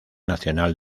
nacional